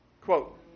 Quote